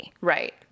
Right